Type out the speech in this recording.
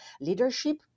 Leadership